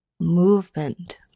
Movement